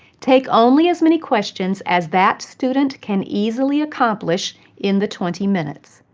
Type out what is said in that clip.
take only as many questions as that student can easily accomplish in the twenty minutes.